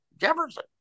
Jefferson